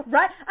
Right